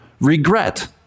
regret